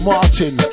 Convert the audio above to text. Martin